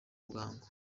bwangu